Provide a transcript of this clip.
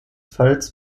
falls